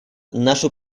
нашу